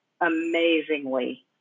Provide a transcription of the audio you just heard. amazingly